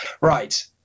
Right